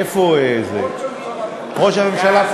איפה זה, ראש הממשלה פה.